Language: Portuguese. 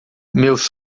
meus